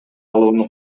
алууну